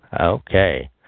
Okay